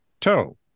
toe